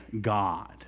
God